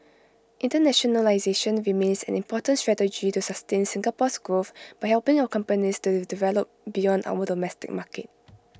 internationalisation remains an important strategy to sustain Singapore's growth by helping our companies to develop beyond our domestic market